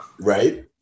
Right